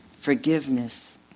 forgiveness